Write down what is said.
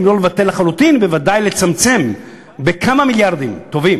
אם לא לבטל לחלוטין בוודאי לצמצם בכמה מיליארדים טובים